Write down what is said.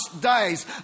days